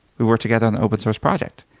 we worked together on the open-source project.